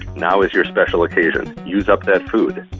now is your special occasion. use up that food